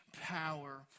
power